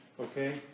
Okay